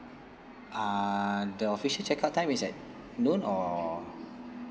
uh the official check out time is at noon or